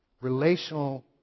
Relational